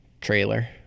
trailer